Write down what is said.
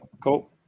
Cool